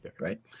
right